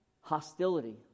Hostility